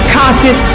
constant